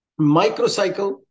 microcycle